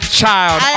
child